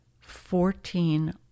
Fourteen